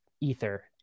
Ether